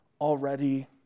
already